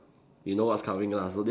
you know what's coming lah so then